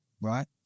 right